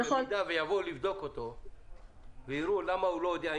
במידה ויבואו לבדוק ויראו למה הוא לא הודיע,